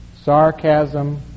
Sarcasm